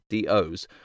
DOs